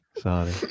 sorry